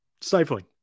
stifling